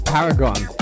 Paragon